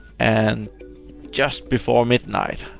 and just before midnight,